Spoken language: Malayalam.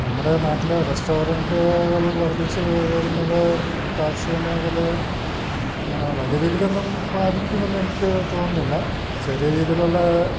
നമ്മുടെ നാട്ടിൽ റെസ്റ്റോറൻ്റുകൾ വർദ്ധിച്ചു വരുന്നത് കാർഷിക മേഖലയെ വലിയ രീതിയിലൊന്നും ബാധിക്കുമെന്നെനിക്ക് തോന്നുന്നില്ല ചെറിയ രീതിയിലുള്ള